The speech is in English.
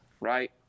right